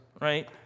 right